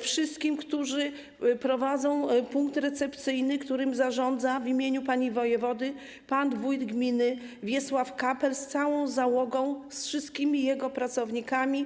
wszystkim, którzy prowadzą punkt recepcyjny, którym zarządza w imieniu pani wojewody pan wójt gminy Wiesław Kapel, wraz z całą załogą, z wszystkimi jego pracownikami.